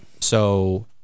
So-